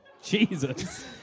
Jesus